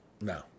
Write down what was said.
No